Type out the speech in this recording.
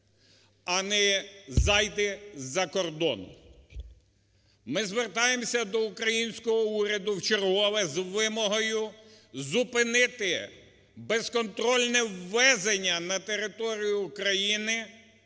а не зайди із-за кордону. Ми звертаємося до українського уряду вчергове з вимогою зупинити безконтрольне ввезення на територію України